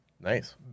Nice